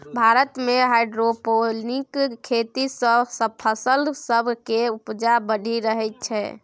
भारत मे हाइड्रोपोनिक खेती सँ फसल सब केर उपजा बढ़ि रहल छै